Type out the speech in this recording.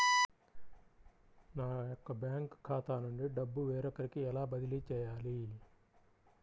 నా యొక్క బ్యాంకు ఖాతా నుండి డబ్బు వేరొకరికి ఎలా బదిలీ చేయాలి?